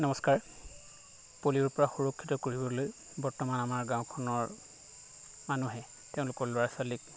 নমস্কাৰ পলিঅ'ৰ পৰা সুৰক্ষিত কৰিবলৈ বৰ্তমান আমাৰ গাঁওখনৰ মানুহে তেওঁলোকৰ ল'ৰা ছোৱালীক